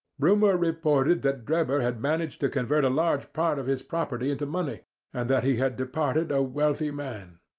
rumour reported that drebber had managed to convert a large part of his property into money, and that he had departed a wealthy man,